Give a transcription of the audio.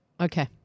Okay